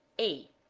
a.